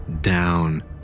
down